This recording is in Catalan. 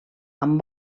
amb